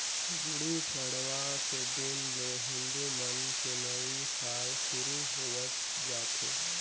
गुड़ी पड़वा के दिन ले हिंदू मन के नवी साल सुरू होवस जाथे